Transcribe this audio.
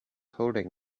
holding